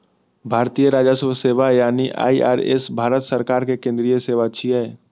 भारतीय राजस्व सेवा यानी आई.आर.एस भारत सरकार के केंद्रीय सेवा छियै